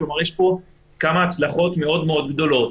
יש פה כמה הצלחות מאוד מאוד גדולות,